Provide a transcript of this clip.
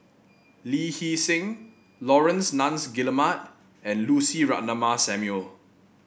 Lee Hee Seng Laurence Nunns Guillemard and Lucy Ratnammah Samuel